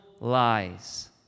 lies